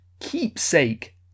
keepsake